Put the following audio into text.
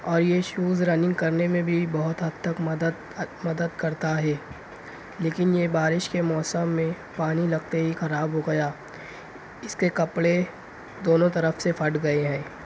اور یہ shoes running کرنے میں بھی بہت حد تک مدد مدد کرتا ہے لیکن یہ بارش کے موسم میں پانی لگتے ہی خراب ہو گیا اس کے کپڑے دونوں طرف سے پھٹ گئے ہیں